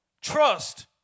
trust